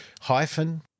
Hyphen